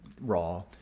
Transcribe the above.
raw